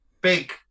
big